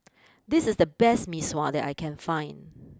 this is the best Mee Sua that I can find